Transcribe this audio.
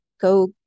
go